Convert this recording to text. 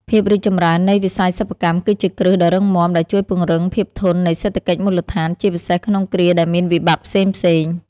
ភាពរីកចម្រើននៃវិស័យសិប្បកម្មគឺជាគ្រឹះដ៏រឹងមាំ ដែលជួយពង្រឹងភាពធន់នៃសេដ្ឋកិច្ចមូលដ្ឋាន ជាពិសេសក្នុងគ្រាដែលមានវិបត្តិផ្សេងៗ។